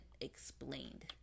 explained